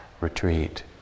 retreat